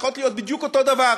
צריכות להיות בדיוק אותו הדבר,